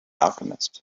alchemist